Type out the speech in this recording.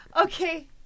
Okay